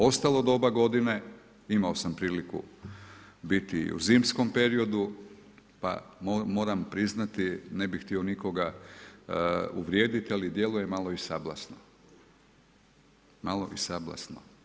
Ostalo doba godine imao sam priliku biti i u zimskom periodu pa moram priznati, ne bih htio nikoga uvrijediti ali djeluje malo i sablasno, malo i sablasno.